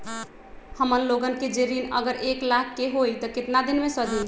हमन लोगन के जे ऋन अगर एक लाख के होई त केतना दिन मे सधी?